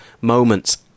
moments